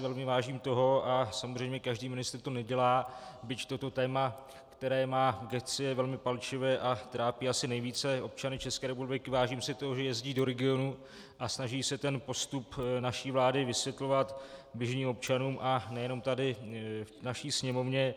Velmi si vážím toho, a samozřejmě každý ministr to nedělá, byť toto téma, které má v gesci, je velmi palčivé a trápí asi nejvíce občany České republiky, vážím si toho, že jezdí do regionu a snaží se postup naší vlády vysvětlovat běžným občanům a nejenom tady v naší Sněmovně.